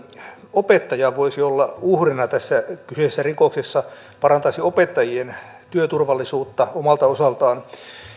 opettaja voisi olla uhrina tässä kyseisessä rikoksessa parantaisi opettajien työturvallisuutta omalta osaltaan